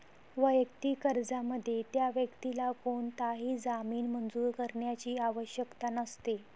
वैयक्तिक कर्जामध्ये, त्या व्यक्तीला कोणताही जामीन मंजूर करण्याची आवश्यकता नसते